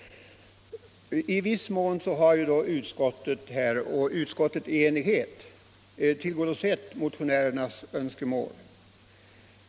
I viss mån har ett enhälligt utskott tillgodosett motionärernas önskemål.